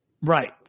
Right